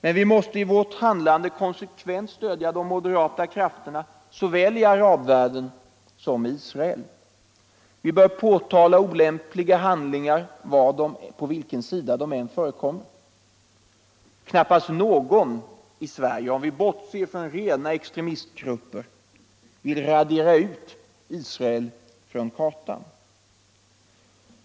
Men vi måste i vårt handlande konsekvent stödja de moderata krafterna såväl i arabvärlden som i Israel. Vi bör påtala olämpliga handlingar på vilken sida de än förekommer. Knappast någon i Sverige - om vi bortser från rena extremistgrupper — vill radera ut Israel från kartan.